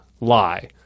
lie